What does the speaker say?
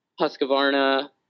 Husqvarna